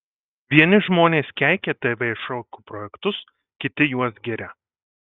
vieni žmonės keikia tv šokių projektus kiti juos giria